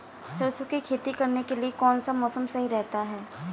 सरसों की खेती करने के लिए कौनसा मौसम सही रहता है?